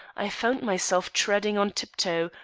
i found myself treading on tip-toe,